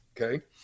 Okay